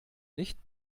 nicht